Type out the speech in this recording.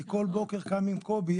אני כל בוקר קם עם קובי,